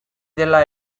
dela